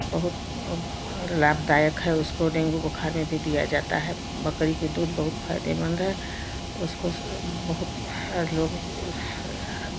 बहुत लाभदायक है उसको डेंगू बुखार में भी दिया जाता है बकरी की दूध बहुत फायदेमंद है उसको से बहुत लोग